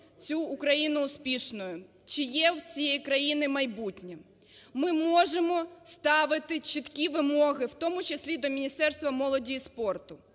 цю Україну успішною, чи є в цій країні майбутнє. Ми можемо ставити чіткі вимоги, в тому числі і до Міністерства молоді і спорту.